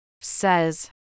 says